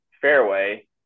fairway